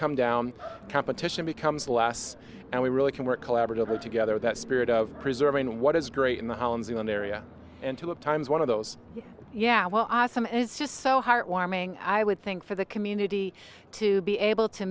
come down competition becomes less and we really can work collaboratively together that spirit of preserving what is great in the homes the one area in two of times one of those yeah well some is just so heartwarming i would think for the community to be able to